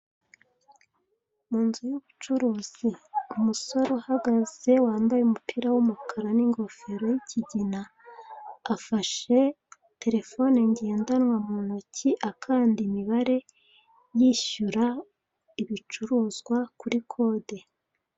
Munzu y'ubucuruzi umusore uhagaze wambaye umupira w'umukara n'ingofero yikigina afashe terefone ngendanwa muntoki akanda imibare yishyura ibicuruzwa kuri kode.